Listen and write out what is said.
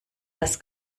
das